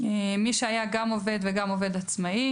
(1)מי שהיה גם עובד וגם עובד עצמאי,